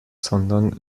sondern